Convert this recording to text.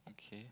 okay